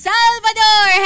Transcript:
Salvador